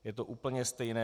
Je to úplně stejné.